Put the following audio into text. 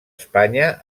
espanya